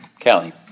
Kelly